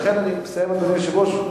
אני מסיים, אדוני היושב-ראש.